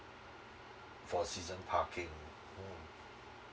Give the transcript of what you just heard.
for season parking hmm